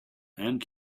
and